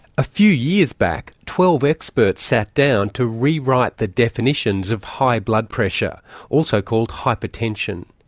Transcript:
a few years back twelve experts sat down to re-write the definitions of high blood pressure also called hypertension.